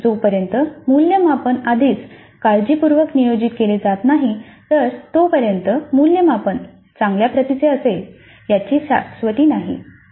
म्हणूनच जोपर्यंत मूल्यमापन आधीच काळजीपूर्वक नियोजित केले नाही तर तोपर्यंत मूल्यमापन चांगल्या प्रतीचे असेल याची शाश्वती नाही